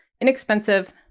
inexpensive